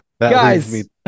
guys